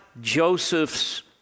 Joseph's